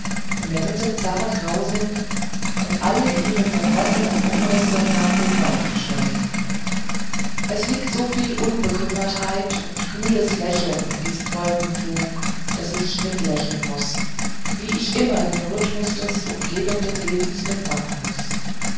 in der mitte zart grau sind und alle ihre zerfetzten umrisse nach dem norden steuern es liegt so viel unbekümmertheit und kühles lächeln in diesem wolkenflug daß ich mitlächeln muß wie ich immer den rhythmus des umgebenden lebens mitmachen muß